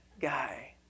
guy